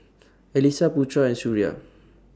Alyssa Putra and Suria